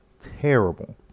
Terrible